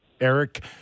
Eric